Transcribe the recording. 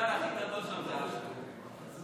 האתגר הכי גדול שם זה, ג.